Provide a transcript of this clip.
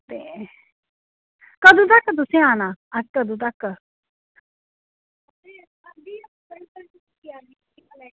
आं कदूं तक्क तुसें आना आं कदूं तक्क